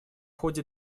ходе